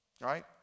right